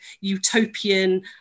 utopian